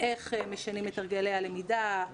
איך משנים את הרגלי הלמידה,